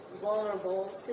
vulnerable